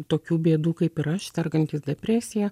tokių bėdų kaip ir aš sergantys depresija